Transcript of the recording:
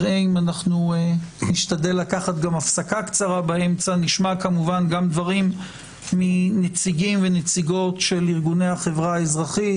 נשמע דברים גם מנציגים ומנציגות של ארגוני החברה האזרחית,